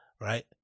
Right